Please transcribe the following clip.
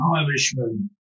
Irishman